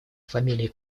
фамилии